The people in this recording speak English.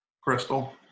Crystal